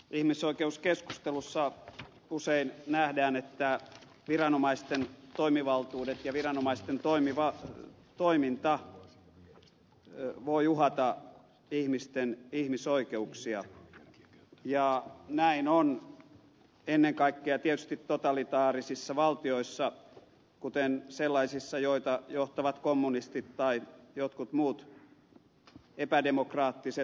ihmisoikeuskeskustelussa usein nähdään että viranomaisten toimivaltuudet ja viranomaisten toiminta voi uhata ihmisten ihmisoikeuksia ja näin on ennen kaikkea tietysti totalitaarisissa valtioissa kuten sellaisissa joita johtavat kommunistit tai jotkut muut epädemokraattiset diktaattorit